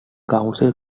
council